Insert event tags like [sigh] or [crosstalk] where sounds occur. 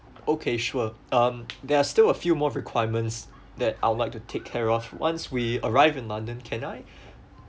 okay sure um [noise] there are still a few more requirements that I would like to take care of once we arrive in london can I